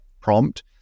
prompt